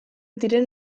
diren